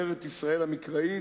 בארצם, ארץ-ישראל המקראית,